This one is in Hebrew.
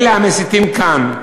אלה המסיתים כאן,